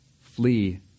flee